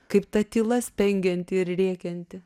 kaip ta tyla spengianti ir rėkianti